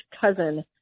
cousin